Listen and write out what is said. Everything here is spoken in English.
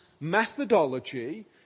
methodology